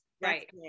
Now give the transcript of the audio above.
Right